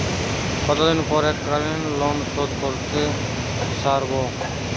কতদিন পর এককালিন লোনশোধ করতে সারব?